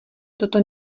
toto